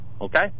okay